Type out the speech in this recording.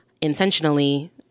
intentionally